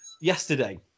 yesterday